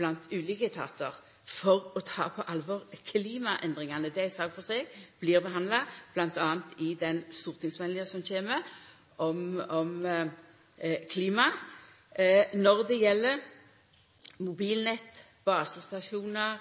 blant ulike etatar for å ta klimaendringane på alvor. Det er ei sak for seg og blir behandla m.a. i den stortingsmeldinga som kjem om klima. Når det gjeld mobilnett, basestasjonar,